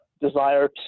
desire